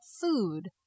food